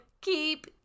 keep